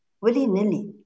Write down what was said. willy-nilly